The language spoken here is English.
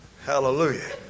Hallelujah